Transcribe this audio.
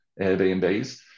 Airbnbs